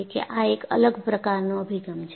કે આ એક અલગ પ્રકારનો અભિગમ છે